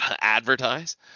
advertise